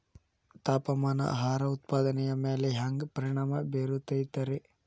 ತಾಪಮಾನ ಆಹಾರ ಉತ್ಪಾದನೆಯ ಮ್ಯಾಲೆ ಹ್ಯಾಂಗ ಪರಿಣಾಮ ಬೇರುತೈತ ರೇ?